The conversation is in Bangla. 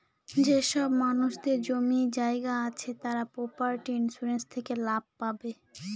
যেসব মানুষদের জমি জায়গা আছে তারা প্রপার্টি ইন্সুরেন্স থেকে লাভ পাবে